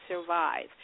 survive